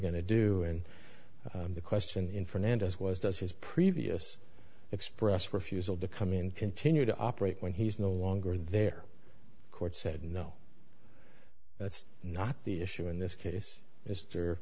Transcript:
going to do and the question in fernando's was does his previous expressed refusal to come in continue to operate when he's no longer there court said no that's not the issue in this case is ther